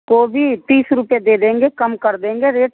गोभी तीस रुपये दे देंगे कम कर देंगे रेट